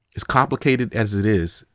as complicated as it is,